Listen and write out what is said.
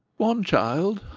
one child,